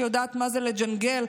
שיודעת מה זה לג'נגל,